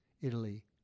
Italy